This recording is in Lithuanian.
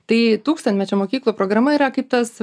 tai tūkstantmečio mokyklų programa yra kaip tas